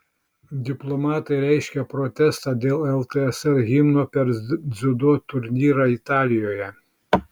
diplomatai reiškia protestą dėl ltsr himno per dziudo turnyrą italijoje